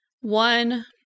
one